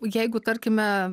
jeigu tarkime